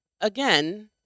again